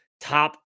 top